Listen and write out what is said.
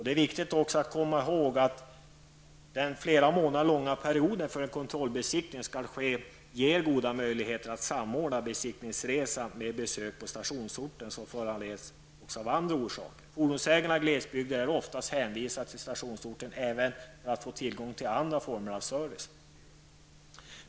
Det är också viktigt att komma ihåg att den flera månader långa perioden då kontrollbesiktning skall ske ger goda möjligheter att samordna besiktningsresan med besök på stationsorten som föranleds av andra orsaker. Fordonsägarna i glesbygder är ju ofta hänvisade till stationsorten även för att få tillgång till andra former av service.